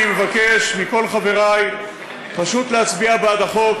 אני מבקש מכל חברי פשוט להצביע בעד החוק,